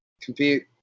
compete